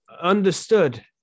understood